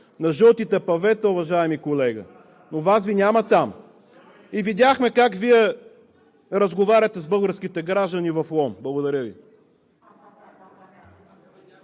на жълтите павета, уважаеми колега, но Вас Ви няма там! И видяхме как Вие разговаряте с българските граждани в Лом. Благодаря Ви.